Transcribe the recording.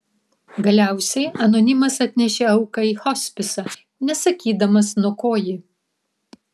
galiausiai anonimas atnešė auką į hospisą nesakydamas nuo ko ji